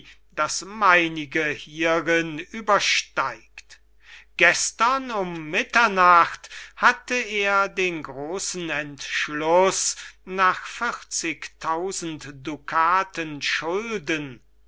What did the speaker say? das meinige hierin übersteigt gestern um mitternacht hatte er den großen entschluß nach vierzig tausend dukaten schulden